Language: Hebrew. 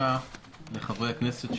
מבקש מחברי הכנסת,